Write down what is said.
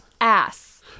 ass